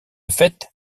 fait